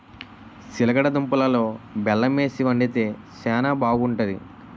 సిలగడ దుంపలలో బెల్లమేసి వండితే శానా బాగుంటాది